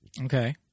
Okay